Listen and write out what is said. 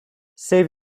save